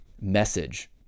message